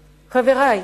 חברי,